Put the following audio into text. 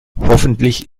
hoffentlich